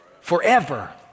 Forever